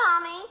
Mommy